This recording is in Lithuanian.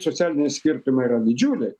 socialiniai skirtumai yra didžiuliai